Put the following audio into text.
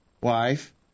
wife